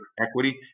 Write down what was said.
equity